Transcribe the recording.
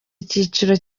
icyiciro